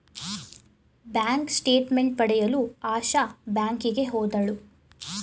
bank statement ಪಡೆಯಲು ಆಶಾ ಬ್ಯಾಂಕಿಗೆ ಹೋದಳು